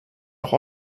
auch